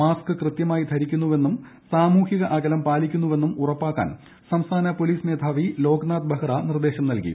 mask കൃത്യമായി ധരിക്കുന്നുവെന്നും സാമൂഹിക അകലം പാലിക്കുന്നുവെന്നും ഉറപ്പാക്കാൻ സംസ്ഥാന പോലീസ് മേധാവി ലോക്നാഥ് ബെഹ്റ നിർദ്ദേശം നൽകി